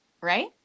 right